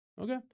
okay